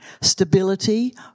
stability